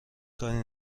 کاری